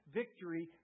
victory